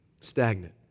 stagnant